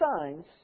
signs